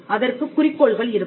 அதற்குக் குறிக்கோள்கள் இருக்கும்